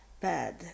bad